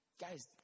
Guys